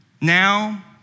now